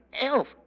Elf